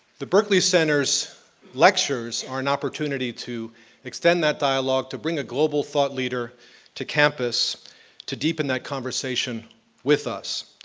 the berkeley center's lectures are an opportunity to extend that dialogue, to bring a global thought leader to campus to deepen that conversation with us,